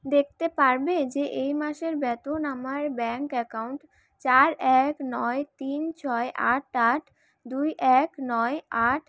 দেখতে পারবে যে এই মাসের বেতন আমার ব্যাঙ্ক অ্যাকাউন্ট চার এক নয় তিন ছয় আট আট দুই এক নয় আট